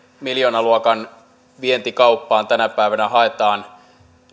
miljoonaluokan vientikauppaan tänä päivänä haetaan